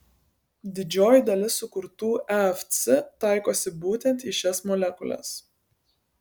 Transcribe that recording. didžioji dalis sukurtų efc taikosi būtent į šias molekules